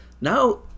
Now